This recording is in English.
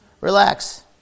Relax